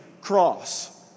cross